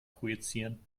projizieren